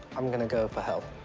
i'm going to go for hell.